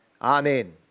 Amen